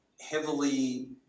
heavily